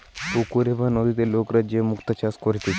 পুকুরে বা নদীতে লোকরা যে মুক্তা চাষ করতিছে